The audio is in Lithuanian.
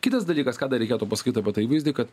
kitas dalykas ką dar reikėtų pasakyt apie tą įvaizdį kad